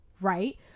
right